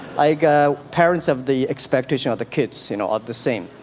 like a parents of the expectation of the kids you know at the same